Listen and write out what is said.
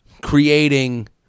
creating